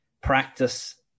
practice